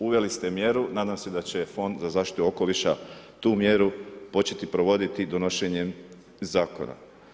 Uveli ste mjeru, nadam se da će Fond za zaštitu okoliša tu mjeru početi provoditi donošenjem zakona.